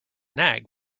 nag